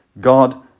God